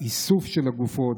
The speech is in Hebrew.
באיסוף של הגופות,